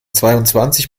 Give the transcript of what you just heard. zweiundzwanzig